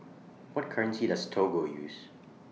What currency Does Togo use